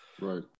right